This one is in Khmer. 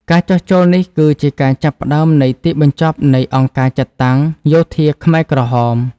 ការចុះចូលនេះគឺជាការចាប់ផ្តើមនៃទីបញ្ចប់នៃអង្គការចាត់តាំងយោធាខ្មែរក្រហម។